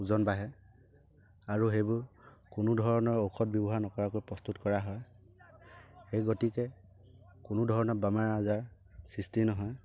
ওজন বাঢ়ে আৰু সেইবোৰ কোনো ধৰণৰ ঔষধ ব্যৱহাৰ নকৰাকৈ প্ৰস্তুত কৰা হয় সেই গতিকে কোনো ধৰণৰ বেমাৰ আজাৰ সৃষ্টি নহয়